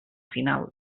final